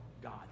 God